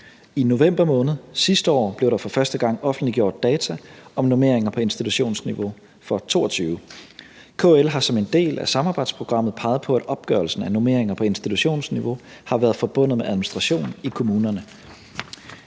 I november måned sidste år blev der for første gang offentliggjort data om normeringer på institutionsniveau for 2022. KL har som en del af samarbejdsprogrammet peget på, at opgørelsen af normeringer på institutionsniveau har været forbundet med administration i kommunerne.